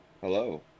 Hello